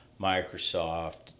Microsoft